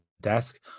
desk